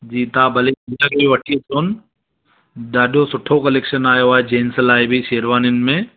जी तव्हां भली भैया खेनि बि वठी अचोनि ॾाढो सुठो कलेक्शन आयो आहे जेंट्स लाइ बि शेरवानियुनि में